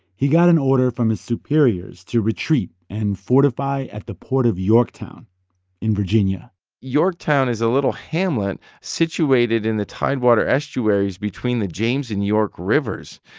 he got an order from his superiors to retreat and fortify at the port of yorktown in virginia yorktown is a little hamlet situated in the tidewater estuaries between the james and york rivers.